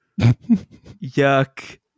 Yuck